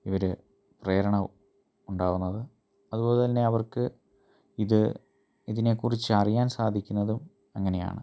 ഇവർ പ്രേരണ ഉണ്ടാകുന്നത് അതുപോല തന്നെ അവർക്ക് ഇത് ഇതിനെക്കുറിച്ച് അറിയാൻ സാധിക്കുന്നതും അങ്ങനെയാണ്